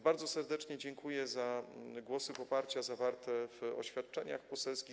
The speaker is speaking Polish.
Bardzo serdecznie dziękuję za głosy poparcia zawarte w oświadczeniach poselskich.